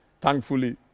Thankfully